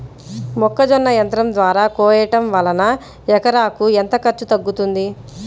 మొక్కజొన్న యంత్రం ద్వారా కోయటం వలన ఎకరాకు ఎంత ఖర్చు తగ్గుతుంది?